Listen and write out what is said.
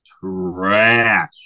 trash